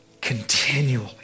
continually